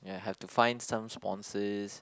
ya have to find some sponsors